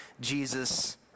Jesus